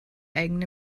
eigene